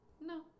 No